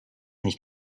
nicht